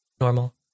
Normal